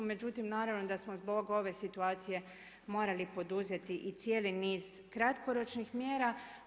Međutim naravno da smo zbog ove situacije morali poduzeti i cijeli niz kratkoročnih mjera.